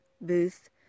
booth